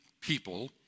people